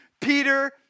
Peter